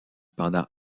pendant